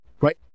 right